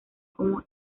como